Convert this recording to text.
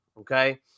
okay